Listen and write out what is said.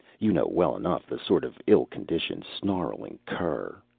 you know well enough the sort of ill-conditioned snarling cur